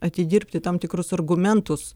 atidirbti tam tikrus argumentus